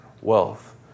wealth